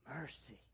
mercy